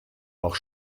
auch